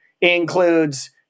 includes